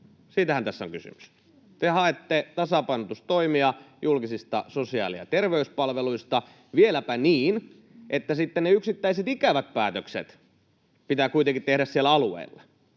Siitähän tässä on kysymys. Te haette tasapainotustoimia julkisista sosiaali- ja terveyspalveluista, vieläpä niin, että sitten ne yksittäiset ikävät päätökset pitää kuitenkin tehdä siellä alueilla.